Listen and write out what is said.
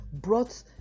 brought